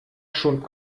schon